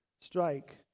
Strike